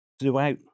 Throughout